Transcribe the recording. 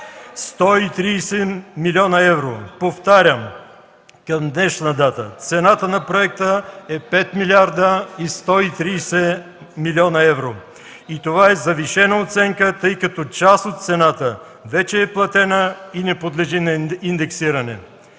реплики от ГЕРБ.) Повтарям: към днешна дата цената на проекта е 5 млрд. 130 млн. евро. Това е завишена оценка, тъй като част от цената вече е платена и не подлежи на индексиране.